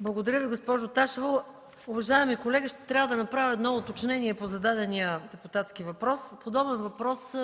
Благодаря Ви, госпожо Ташева. Уважаеми колеги, ще трябва да направя едно уточнение по зададения депутатски въпрос. Подобен въпрос